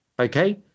Okay